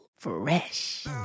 Fresh